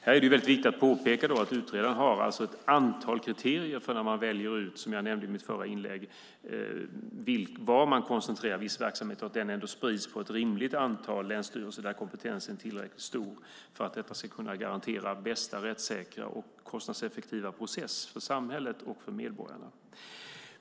Här är det väldigt viktigt att påpeka, och jag nämnde det i mitt förra inlägg, att utredaren alltså har ett antal kriterier för hur man väljer ut var en viss verksamhet ska koncentreras så att den sprids på ett rimligt antal länsstyrelser där kompetensen är tillräckligt stor för att detta ska kunna garantera den bästa, mest rättssäkra och mest kostnadseffektiva process för samhället och för medborgarna.